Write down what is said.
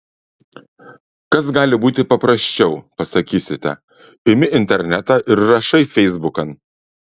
kas gali būti paprasčiau pasakysite imi internetą ir rašai feisbukan